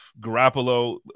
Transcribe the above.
garoppolo